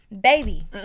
Baby